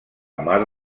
mar